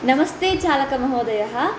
नमस्ते चालक महोदय